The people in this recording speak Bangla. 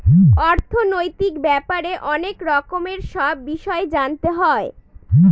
অর্থনৈতিক ব্যাপারে অনেক রকমের সব বিষয় জানতে হয়